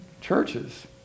Churches